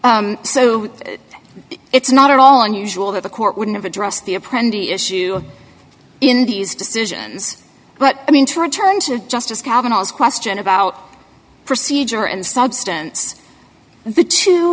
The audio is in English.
so it's not at all unusual that the court wouldn't address the apprentice issue in these decisions but i mean to return to justice kavanagh's question about procedure and substance t